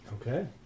Okay